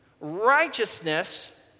righteousness